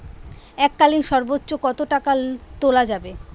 এককালীন সর্বোচ্চ কত টাকা তোলা যাবে?